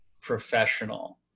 professional